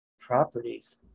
properties